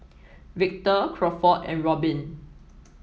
Victor Crawford and Robin